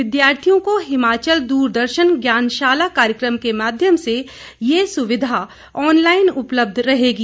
विद्यार्थियों को हिमाचल द्रदर्शन ज्ञानशाला कार्यक्रम के माध्यम से ये सुविधा ऑनलाईन उपलब्ध रहेगी